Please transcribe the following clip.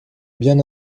bien